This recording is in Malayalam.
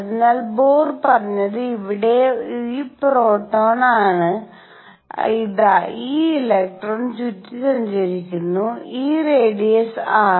അതിനാൽ ബോർ പറഞ്ഞത് ഇവിടെ ഈ പ്രോട്ടോൺ ആണ് ഇതാ ഈ ഇലക്ട്രോൺ ചുറ്റി സഞ്ചരിക്കുന്നു ഈ റെഡിസ് r